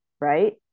right